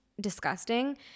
disgusting